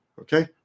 Okay